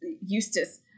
Eustace